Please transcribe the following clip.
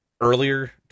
earlier